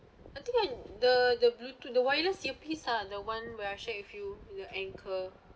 I think I the the bluetooth the wireless earpiece ah the one where I shared with you the anchor